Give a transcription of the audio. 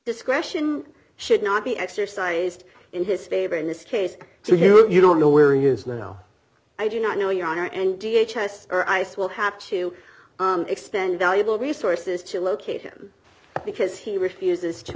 discretion should not be exercised in his favor in this case so here you don't know where he is now i do not know your honor and d h has or ice will have to extend valuable resources to locate him because he refuses to